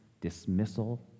dismissal